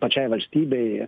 pačiai valstybei